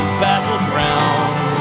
battleground